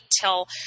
till